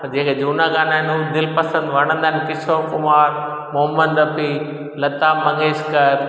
त जेके झूना गाना आहिनि उहे दिलिपसंद वणंदा आहिनि किशोर कुमार मोहम्मद रफ़ी लता मंगेश्कर